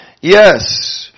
Yes